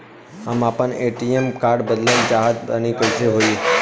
हम आपन ATM card बदलल चाह तनि कइसे होई?